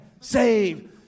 Save